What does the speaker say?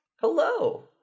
Hello